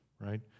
right